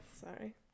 Sorry